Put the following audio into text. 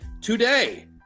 today